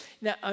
Now